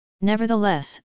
Nevertheless